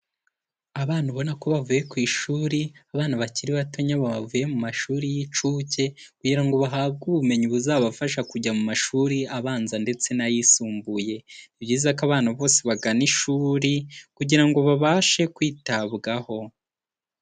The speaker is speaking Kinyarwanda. Abana ubona ko bavuye ku ishuri, abana bakiri batonya bavuye mu mashuri y'incuke kugira ngo bahabwe ubumenyi buzabafasha kujya mu mashuri abanza ndetse n'ayisumbuye, ni byiza ko abana bose bagana ishuri kugira ngo babashe kwitabwaho.